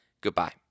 Goodbye